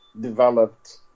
developed